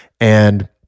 And-